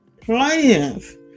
plans